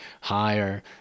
higher